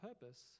purpose